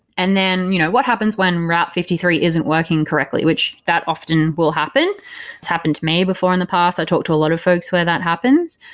and then you know what happens when route fifty three isn't working correctly, which that often will happen? it's happened to me before in the past. i talked to a lot of folks where that happens.